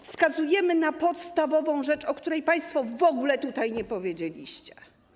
Wskazujemy na podstawową rzecz, o której państwo w ogóle tutaj nie powiedzieliście.